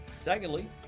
Secondly